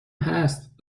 هست